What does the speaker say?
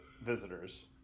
visitors